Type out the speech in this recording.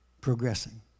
progressing